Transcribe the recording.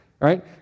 right